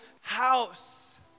house